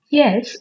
yes